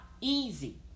easy